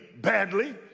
badly